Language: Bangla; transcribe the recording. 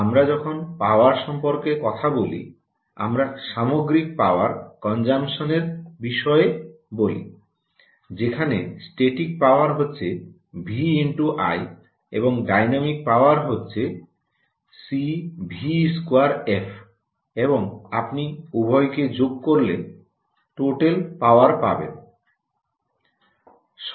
আমরা যখন পাওয়ার সম্পর্কে কথা বলি আমরা সামগ্রিক পাওয়ার কনজামশন এর বিষয়ে বলি যেখানে স্ট্যাটিক পাওয়ার হচ্ছে ভি × আই এবং ডাইনামিক পাওয়ার হচ্ছে সিভি 2 এফ এবং আপনি উভয়কেই যোগ করলে পাওয়ার পাবেন